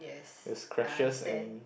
there's crashes and